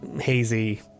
hazy